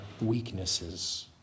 weaknesses